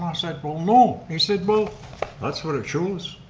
um said, well, no. he said, well that's what it shows,